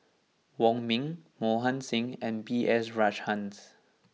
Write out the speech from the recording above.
Wong Ming Mohan Singh and B S Rajhans